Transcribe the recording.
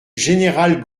général